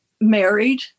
married